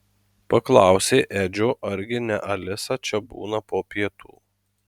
paklausė edžio argi ne alisa čia būna po pietų